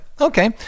Okay